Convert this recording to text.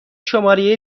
شماره